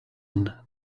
one